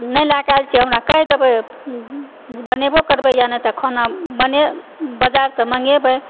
नहि लयकऽ आयल छियै हमरा कहि देबय जे बनेबो करबय या नहि तऽ खाना हम बने बजारसँ मँगेबय